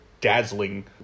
dazzling